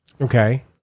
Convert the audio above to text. Okay